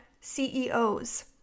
CEOs